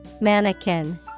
mannequin